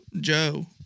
Joe